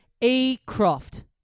E-Croft